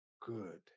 good